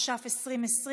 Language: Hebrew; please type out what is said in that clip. התש"ף 2020,